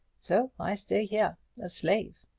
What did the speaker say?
so i stay here a slave!